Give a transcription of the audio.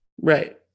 right